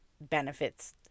benefits